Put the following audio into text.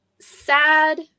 sad